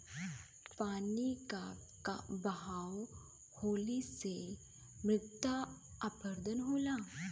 पानी क बहाव होले से मृदा अपरदन होला